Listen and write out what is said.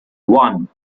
one